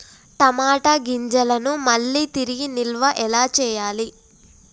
టమాట గింజలను మళ్ళీ తిరిగి నిల్వ ఎలా చేయాలి?